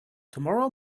tomorrow